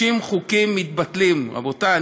60 חוקים מתבטלים, רבותי.